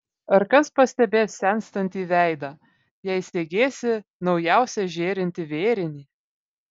ar kas pastebės senstantį veidą jei segėsi naujausią žėrintį vėrinį